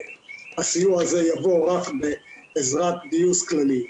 והסיוע הזה יבוא רק בעזרת גיוס כללי.